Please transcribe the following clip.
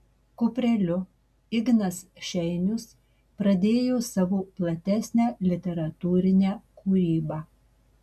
kupreliu ignas šeinius pradėjo savo platesnę literatūrinę kūrybą